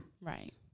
Right